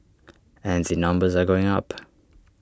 and the numbers are going up